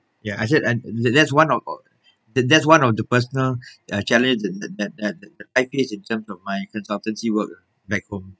ya I heard and th~ that one of that's one of the personal uh challenge that that that I faced in terms of my consultancy work uh back home